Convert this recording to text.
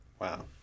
Wow